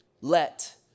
Let